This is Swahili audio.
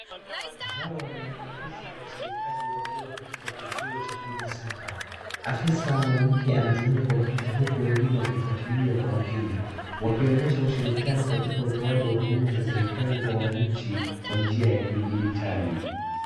Hawa ni maafisa wa serikali wakiwa katika kituo cha Huduma center. Afisa mwanamke anatumia kompyuta huku wengine wakifuatilia kwa makini. Wakionyesha ushirikiano latika utoaji wa huduma za serikali kwa wanachi kwa nia ya kijiditali.